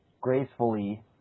gracefully